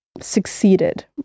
succeeded